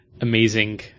Amazing